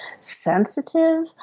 sensitive